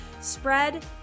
spread